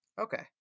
Okay